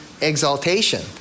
exaltation